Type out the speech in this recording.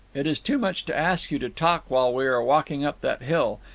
it is too much to ask you to talk while we are walking up that hill,